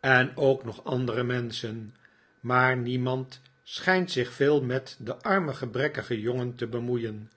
en ook nog andere menschen maar niemand schijnt zich veel met den armen gebrekkigen jongen te bemoeien